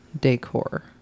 decor